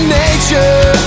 nature